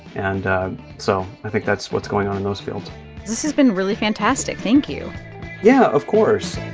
and so i think that's what's going on in those fields this has been really fantastic. thank you yeah, of course